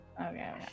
Okay